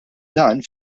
dan